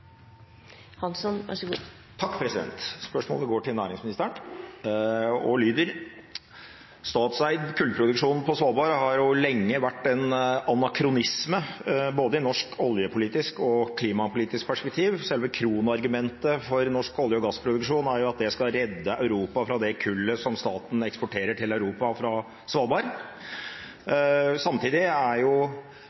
Spørsmålet går til næringsministeren og lyder: Statseid kullproduksjon på Svalbard har lenge vært en anakronisme både i norsk oljepolitisk og i klimapolitisk perspektiv. Selve kronargumentet for norsk olje- og gassproduksjon er jo at det skal redde Europa fra det kullet som staten eksporterer til Europa fra Svalbard. Samtidig er